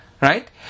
Right